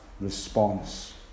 response